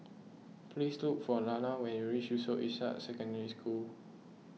please look for Lana when you reach Yusof Ishak Secondary School